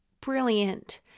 brilliant